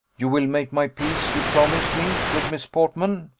you will make my peace, you promise me, with miss portman,